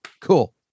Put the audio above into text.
cool